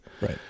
Right